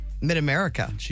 Mid-America